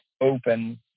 open